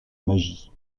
magie